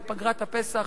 את פגרת הפסח,